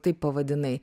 taip pavadinai